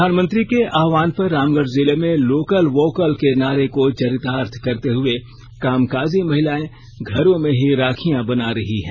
प्रधानमंत्री के आहवान पर रामगढ़ जिले में लोकल वोकल के नारे को चरितार्थ करते हुए कामकाजी महिलाएं घरों में ही राखियां बना रही है